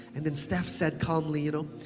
and then steph said calmly, you